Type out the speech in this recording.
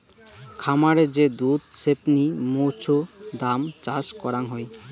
খামারে যে দুধ ছেপনি মৌছুদাম চাষ করাং হই